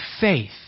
faith